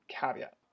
caveat